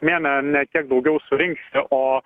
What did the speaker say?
ne ne ne tiek daugiau surinksi o